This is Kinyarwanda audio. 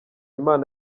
imana